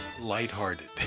lighthearted